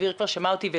דביר כבר שמע אותי,